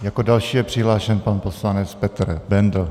Jako další je přihlášen pan poslanec Petr Bendl.